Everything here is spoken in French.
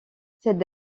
cette